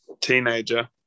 teenager